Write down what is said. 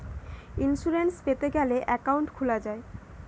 insurance পেতে গ্যালে account খুলা যায়